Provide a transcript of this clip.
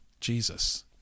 Jesus